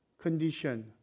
condition